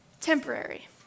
temporary